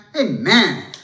Amen